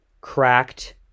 Cracked